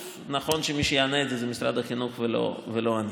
שוב, נכון שמי שיענה זה משרד החינוך ולא אני.